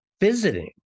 visiting